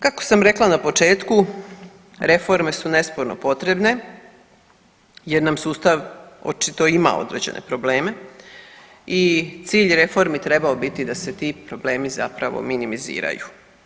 Kako sam rekla na početku, reforme su nesporno potrebne jer nam sustav očito ima određene probleme i cilj reformi bi trebao biti da se ti problemi zapravo minimiziraju.